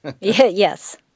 Yes